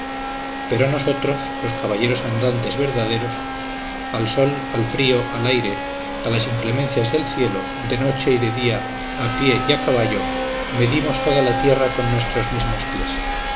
pero nosotros los caballeros andantes verdaderos al sol al frío al aire a las inclemencias del cielo de noche y de día a pie y a caballo medimos toda la tierra con nuestros mismos pies